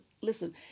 listen